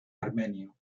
armenio